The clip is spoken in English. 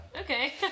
Okay